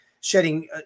shedding